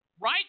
right